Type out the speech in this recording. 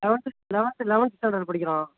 eleventh eleventh eleventh standard படிக்கிறான்